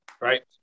Right